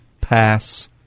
pass